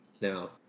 now